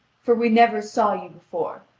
for we never saw you before,